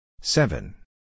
Seven